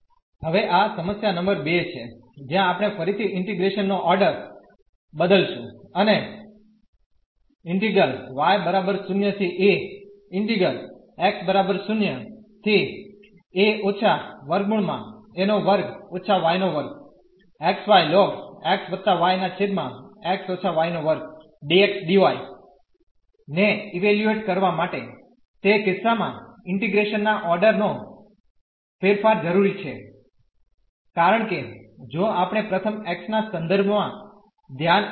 હવે આ સમસ્યા નંબર 2 છે જ્યા આપણે ફરીથી ઇન્ટીગ્રેશન નો ઓર્ડર બદલશું અને ને ઇવેલ્યુએટ કરવા માટે તે કિસ્સા મા ઇન્ટીગ્રેશન ના ઓર્ડર નો ફેરફાર જરુરી છે કારણ કે જો આપણે પ્રથમ x ના સંદર્ભ મા ધ્યાન આપીએ